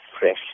fresh